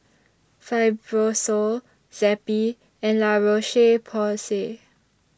Fibrosol Zappy and La Roche Porsay